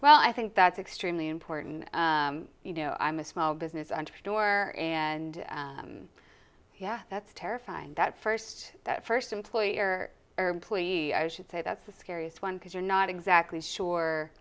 well i think that's extremely important you know i'm a small business entrepreneur and yeah that's terrifying that first that first employer or employee i should say that's the scariest one because you're not exactly sure